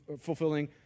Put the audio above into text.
fulfilling